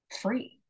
free